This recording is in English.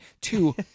Two